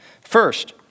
First